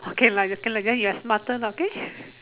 okay lah okay lah then your smarter lah okay